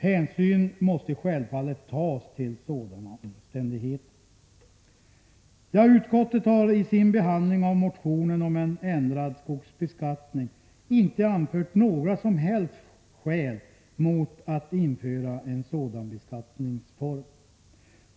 Hänsyn måste självfallet tas till sådana omständigheter. Utskottet har i sin behandling av motionen om ändrad skogsbeskattning inte anfört några som helst skäl mot att införa en sådan beskattningsform.